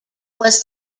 was